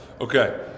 Okay